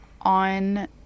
on